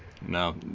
No